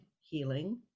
healing